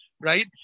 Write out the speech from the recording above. right